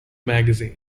magazine